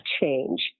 change